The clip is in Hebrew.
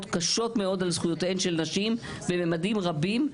קשות מאוד על זכויותיהן של נשים בממדים רבים,